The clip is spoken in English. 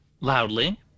loudly